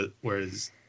whereas